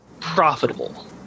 profitable